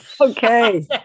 Okay